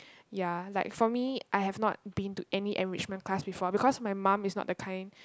ya like for me I have not been to any enrichment class before because my mum is not the kind